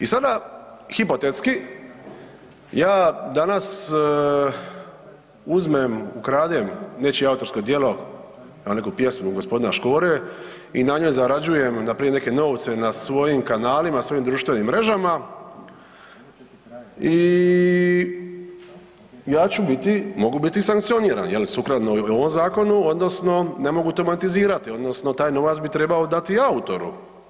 I sada hipotetski, ja danas uzmem, ukradem nečije autorsko djelo, neku pjesmu g. Škore i na njoj zarađujem npr. neke novce na svojim kanalima, na svojim društvenim mrežama i ja ću biti, mogu biti sankcioniran, je li, sukladno ovom zakonu odnosno ne mogu tematizirati odnosno taj novac bi trebao dati autoru.